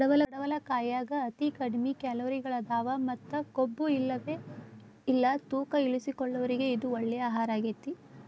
ಪಡವಲಕಾಯಾಗ ಅತಿ ಕಡಿಮಿ ಕ್ಯಾಲೋರಿಗಳದಾವ ಮತ್ತ ಕೊಬ್ಬುಇಲ್ಲವೇ ಇಲ್ಲ ತೂಕ ಇಳಿಸಿಕೊಳ್ಳೋರಿಗೆ ಇದು ಒಳ್ಳೆ ಆಹಾರಗೇತಿ